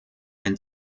ein